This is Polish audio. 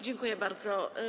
Dziękuję bardzo.